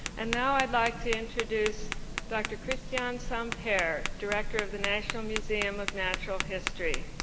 and now i'd like to introduce dr. cristian sampair, director of the national museum of natural history.